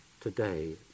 Today